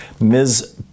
Ms